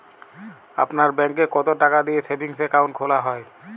আপনার ব্যাংকে কতো টাকা দিয়ে সেভিংস অ্যাকাউন্ট খোলা হয়?